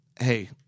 Hey